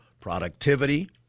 productivity